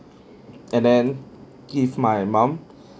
and then give my mom